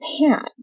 Japan